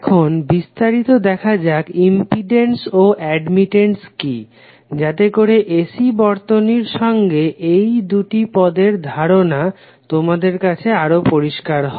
এখন বিস্তারিত দেখা যাক ইম্পিডেন্স ও অ্যাডমিটেন্স কি যাতে করে AC বর্তনীর সঙ্গে এই দুটি পদের ধারণা তোমাদের কাছে আরও পরিস্কার হয়